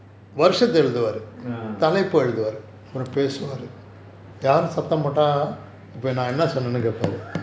ah